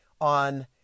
on